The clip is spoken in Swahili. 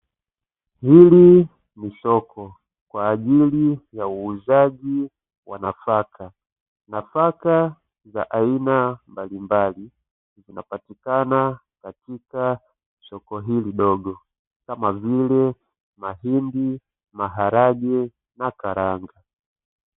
Hili ni soko kwa ajili ya uuzaji wa nafaka, nafaka za aina mbalimbali zinapatikana katika soko hili dogo, kama vile mahindi, maharage na karanga.